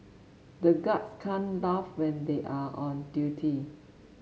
the guards can't laugh when they are on duty